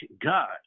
God